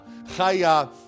chaya